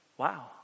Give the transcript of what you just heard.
wow